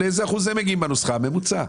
ממוצע.